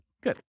Good